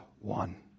one